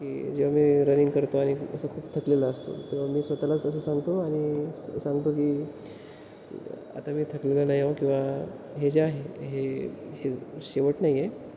की जेव्हा मी रनिंग करतो आणि असा खूप थकलेला असतो तेव्हा मी स्वतःलाच असं सांगतो आणि सांगतो की आता मी थकलेला नाहीहो किंवा हे जे आहे हे हे शेवट नाही आहे